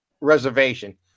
reservation